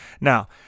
Now